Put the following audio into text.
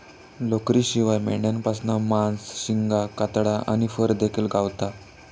लोकरीशिवाय मेंढ्यांपासना मांस, शिंगा, कातडा आणि फर देखिल गावता